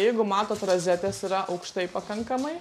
jeigu matot rozetės yra aukštai pakankamai